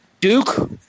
Duke